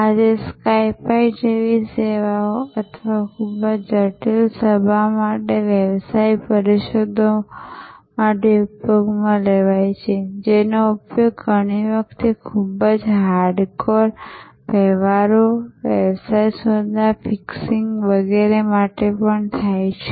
આજે Skype જેવી સેવાઓ અથવા ખૂબ જ જટિલ સભા માટે વ્યવસાય પરિષદો માટે ઉપયોગમાં લેવાય છે જેનો ઉપયોગ ઘણી વખત ખૂબ જ હાર્ડકોર વ્યવહારો વ્યવસાય સોદા ફિક્સિંગ વગેરે માટે પણ થાય છે